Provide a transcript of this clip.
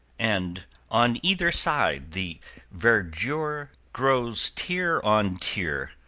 and on either side the verdure grows tier on tier,